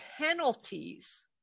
penalties